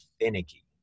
finicky